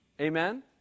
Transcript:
Amen